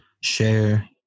share